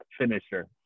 finisher